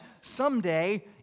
someday